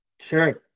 Sure